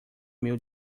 meu